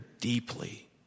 deeply